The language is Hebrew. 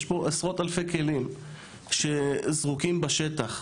יש פה עשרות אלפי כלים שזרוקים בשטח,